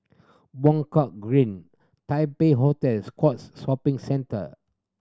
Buangkok Green Taipei Hotel Scotts Shopping Centre